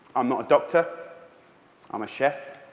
i'm not a doctor i'm a chef,